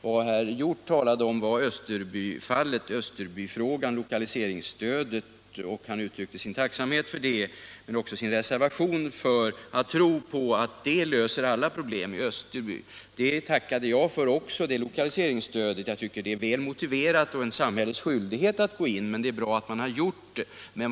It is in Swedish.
Vad herr Hjorth talade om var lokaliseringsstödet till Österbybruk. Han uttryckte sin tacksamhet för det stödet men också sin reservation mot att man skall tro att det löser alla problem i Österbybruk. Det lokaliseringsstödet tackade också jag för. Jag tycker att det är väl motiverat och att samhället har skyldighet att gå in.